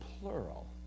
plural